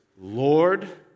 Lord